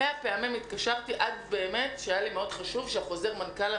מאה פעמים התקשרתי תמיד היו חוזרי מנכ"ל,